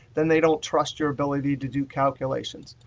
then they don't trust your ability to do calculations.